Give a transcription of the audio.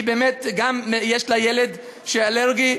יש לה ילד שהוא אלרגי,